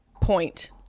point